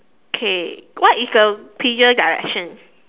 okay what is the pigeon direction